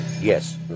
Yes